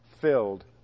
filled